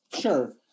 Sure